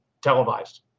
televised